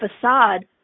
facade